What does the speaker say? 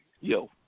yo